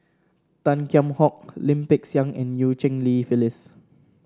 Tan Kheam Hock Lim Peng Siang and Eu Cheng Li Phyllis